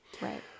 Right